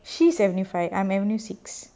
she's seventy five I'm avenue six